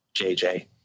JJ